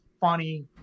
funny